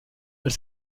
elle